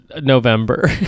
November